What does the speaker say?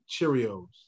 Cheerios